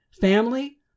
family